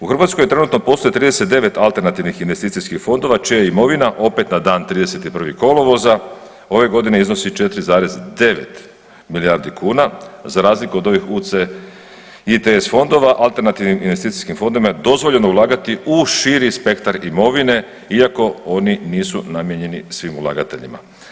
U Hrvatskoj trenutno postoje 39 alternativnih investicijskih fondova čija imovina opet na dan 31. kolovoza ove godine iznosi 4,9 milijardi kuna, za razliku od ovih UCITS fondova, alternativni investicijskim fondovima je dozvoljeno ulagati u širi spektar imovine, iako oni nisu namijenjeni svim ulagateljima.